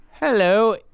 Hello